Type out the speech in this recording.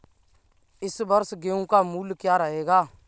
इस वर्ष गेहूँ का मूल्य क्या रहेगा?